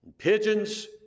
Pigeons